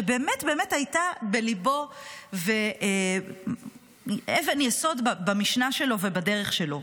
שבאמת באמת הייתה בליבו והיא אבן יסוד במשנה שלו ובדרך שלו.